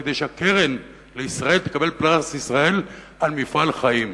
כדי שהקרן תקבל פרס ישראל על מפעל חיים.